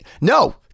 No